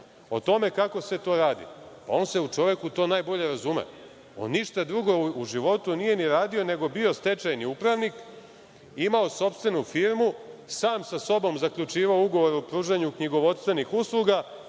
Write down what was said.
o tome kako se to radi, on se čovek u to najbolje razume, on ništa drugo u životu nije ni radio, nego bio stečajni upravnik, imao sopstvenu firmu, sam sa sobom zaključivao ugovor o pružanju knjigovodstvenih usluga